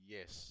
Yes